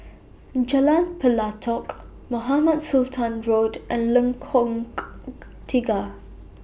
Jalan Pelatok Mohamed Sultan Road and Lengkok Tiga